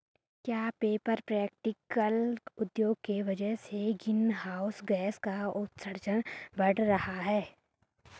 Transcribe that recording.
क्या paper printing उद्योग की वजह से ग्रीन हाउस गैसों का उत्सर्जन बढ़ रहा है?